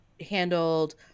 handled